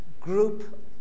group